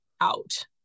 out